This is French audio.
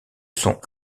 sont